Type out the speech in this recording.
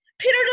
Peter